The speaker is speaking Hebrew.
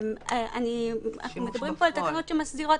אתם מדברים פה על תקנות שמסדירות.